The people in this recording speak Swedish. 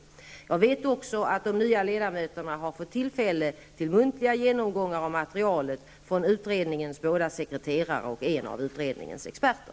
Jag vet också att de nya ledamöterna har fått tillfälle till muntliga genomgångar av materialet från utredningens båda sekreterare och en av utredningens experter.